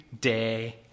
day